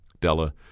Della